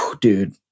Dude